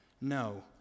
No